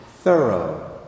thorough